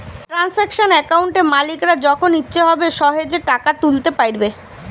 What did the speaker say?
transaction অ্যাকাউন্টে মালিকরা যখন ইচ্ছে হবে সহেজে টাকা তুলতে পাইরবে